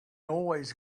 always